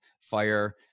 fire